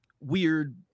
weird